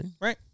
Right